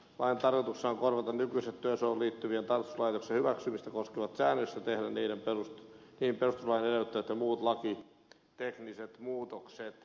lain tarkoituksena on korvata nykyiset työsuojeluun liittyvien tarkastuslaitosten hyväksymistä koskevat säännökset ja tehdä niihin perustuslain edellyttämät ja muut lakitekniset muutokset